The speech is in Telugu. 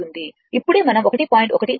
ఇప్పుడే మనం 1